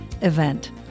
event